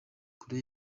korea